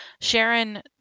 Sharon